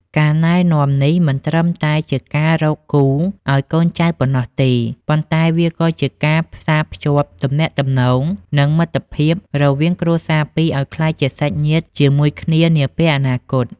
ការណែនាំនេះមិនត្រឹមតែជាការរកគូឱ្យកូនចៅប៉ុណ្ណោះទេ ប៉ុន្តែវាក៏ជាការផ្សារភ្ជាប់ទំនាក់ទំនង និងមិត្តភាពរវាងគ្រួសារពីរឱ្យក្លាយជាសាច់ញាតិជាមួយគ្នានាពេលអនាគត។